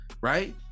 right